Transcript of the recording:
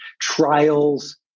trials